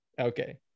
Okay